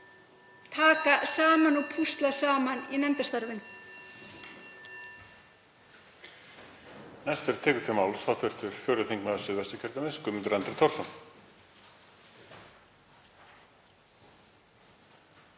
taka saman og púsla saman í nefndarstarfinu.